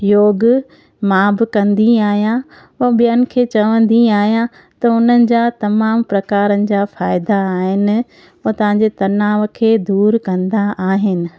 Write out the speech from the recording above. योग मां बि कंदी आहियां ऐं ॿियनि खे चवंदी आहिया त उन्हनि जा तमाम प्रकारनि जा फ़ाइदा आहिनि उहो तव्हांजे तनाव खे दूर कंदा आहिनि